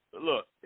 look